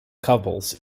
couples